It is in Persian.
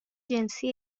جنسی